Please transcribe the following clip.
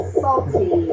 salty